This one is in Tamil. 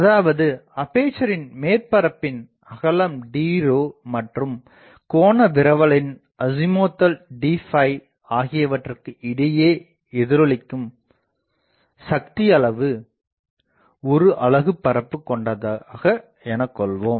அதாவது அப்பேசரின் மேற்பரப்பின் அகலம்dமற்றும் கோணவிரவலின் ஆசீமோத்தல் d ஆகியவற்றிற்கு இடையே எதிரொலிக்கும் சக்திஅளவு ஒரு அலகு பரப்பு கொண்டதாக எனக் கொள்வோம்